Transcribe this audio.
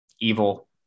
evil